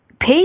pay